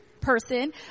person